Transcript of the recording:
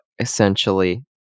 essentially